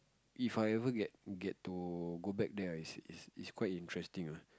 If I ever get get to go back there is is quite interesting ah